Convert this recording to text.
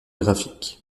graphique